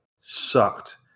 sucked